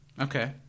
okay